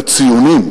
הציונים,